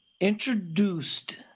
introduced